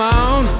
on